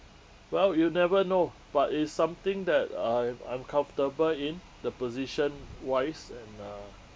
well you never know but is something that I'm I'm comfortable in the position wise and uh